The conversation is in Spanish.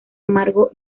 amargo